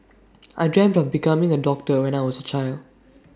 I dreamt of becoming A doctor when I was A child